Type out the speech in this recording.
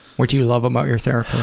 what do you love about your therapist?